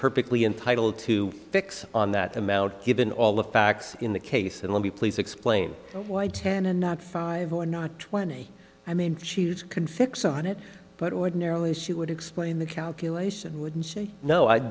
perfectly entitled to fix on that amount given all the facts in the case and let me please explain why did ten and not five or not twenty i mean she could fix on it but ordinarily she would explain the calculation wouldn't